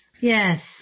Yes